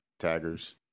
Taggers